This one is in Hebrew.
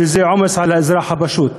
שזה עומס על האזרח הפשוט,